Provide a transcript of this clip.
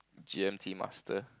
G_M_T master